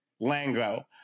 Lango